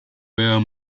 were